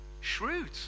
Shrewd